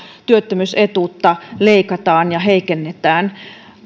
työttömyysetuutta leikataan ja heikennetään